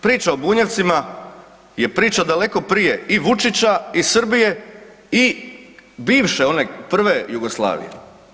Priča o Bunjevcima je priča daleko prije i Vučića i Srbije i bivše one prve Jugoslavije.